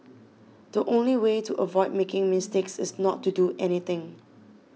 the only way to avoid making mistakes is not to do anything